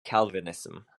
calvinism